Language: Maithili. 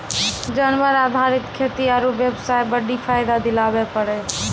जानवर आधारित खेती आरू बेबसाय बड्डी फायदा दिलाबै पारै